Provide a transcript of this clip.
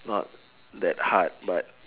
not that hard but